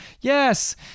Yes